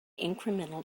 incremental